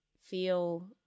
feel